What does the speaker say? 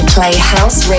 Playhouse